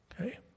Okay